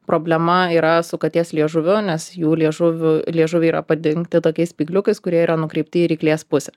problema yra su katės liežuviu nes jų liežuvių liežuviai yra padengti tokiais spygliukais kurie yra nukreipti į ryklės pusę